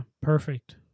Perfect